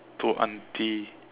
to auntie